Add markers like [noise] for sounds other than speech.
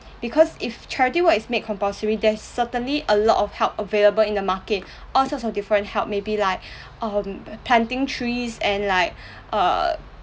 because if charity work is make compulsory there's certainly a lot of help available in the market all sorts of different help maybe like [breath] um planting trees and like [breath] err